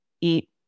eat